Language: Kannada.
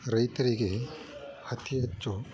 ರೈತರಿಗೆ ಅತೀ ಹೆಚ್ಚು